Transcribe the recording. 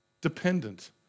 dependent